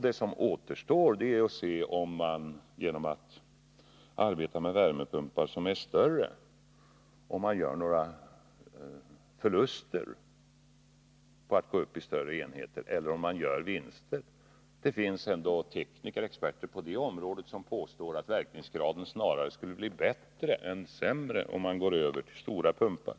Det som återstår att se är om man gör förluster eller vinster genom att arbeta med värmepumpar i större enheter. Det finns faktiskt tekniska experter på det området som påstår att verkningsgraden snarare skulle bli bättre än sämre vid övergång till stora värmepumpar.